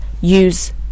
use